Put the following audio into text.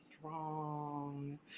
strong